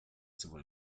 sowohl